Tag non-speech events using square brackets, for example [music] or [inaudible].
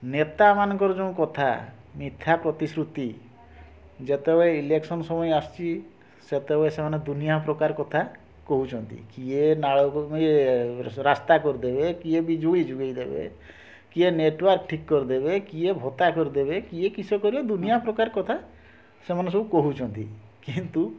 ନେତା ମାନଙ୍କର ଯେଉଁ କଥା ମିଥ୍ୟା ପ୍ରତିଶ୍ରୁତି ଯେତେବେଳେ ଇଲେକ୍ସନ୍ ସମୟ ଆସିଛି ସେତେବେଳେ ସେମାନେ ଦୁନିଆ ପ୍ରକାର କଥା କହୁଛନ୍ତି କିଏ ନାଳକୁ [unintelligible] ରାସ୍ତା କରିଦେବେ କିଏ ବିଜୁଳି ଯୋଗାଇ ଦେବେ କିଏ ନେଟୱାର୍କ୍ ଠିକ୍ କରିଦେବେ କିଏ ଭତ୍ତା କରିଦେବେ କିଏ କିସ କରିବେ ଦୁନିଆ ପ୍ରକାର କଥା ସେମାନେ ସବୁ କହୁଛନ୍ତି କିନ୍ତୁ